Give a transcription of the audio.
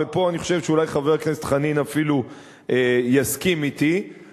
ופה אני חושב שאולי חבר הכנסת חנין אפילו יסכים אתי,